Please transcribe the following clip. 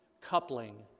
coupling